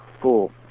cool